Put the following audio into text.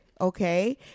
okay